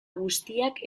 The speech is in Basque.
guztiak